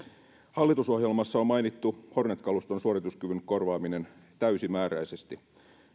hallitusohjelmassa on mainittu hornet kaluston suorituskyvyn korvaaminen täysimääräisesti